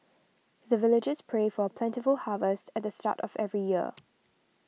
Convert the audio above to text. the villagers pray for plentiful harvest at the start of every year